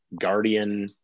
Guardian